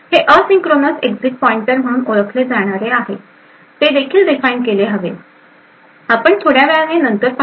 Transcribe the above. हे asynchronous exit pointer म्हणून ओळखले जाणारे देखील डिफाइन केले पाहिजे जे आपण थोड्या वेळाने नंतर पाहू